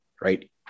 Right